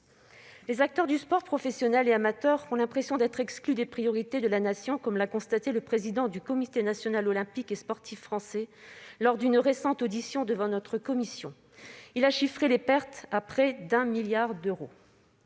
Les acteurs du sport professionnel et amateur ont l'impression d'être exclus des priorités de la Nation, comme l'a constaté le président du Comité national olympique et sportif français lors d'une récente audition devant notre commission. Il a chiffré les pertes à près de 1 milliard d'euros.